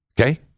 Okay